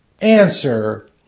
Answer